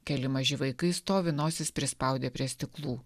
keli maži vaikai stovi nosis prispaudę prie stiklų